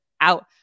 out